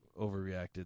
overreacted